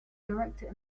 director